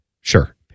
Sure